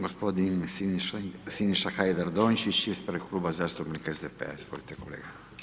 Gospodin Siniša Hajdaš Dončić ispred Klub zastupnika SDP-a, izvolite kolega.